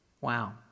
Wow